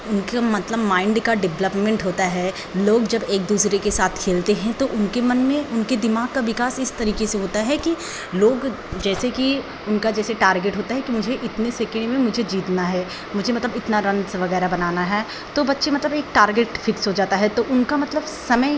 उनके मतलब माइंड का डेवलपमेंट होता है लोग जब एक दूसरे के साथ खेलते हैं तो उनके मन में उनके दिमाग़ का विकास इस तरीक़े से होता है कि लोग जैसे कि उनका जैसे टारगेट होता है कि मुझे इतना सेकेंड में मुझे जीतना है मुझे मतलब इतना रन्स वग़ैरह बनाना है तो बच्चे मतलब एक टारगेट फिक्स हो जाता है तो उनका मतलब समय